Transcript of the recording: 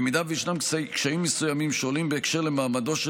במידה שישנם קשיים מסוימים שונים שעולים בהקשר של מעמדו של